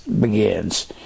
begins